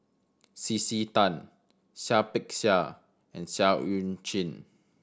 C C Tan Seah Peck Seah and Seah Eu Chin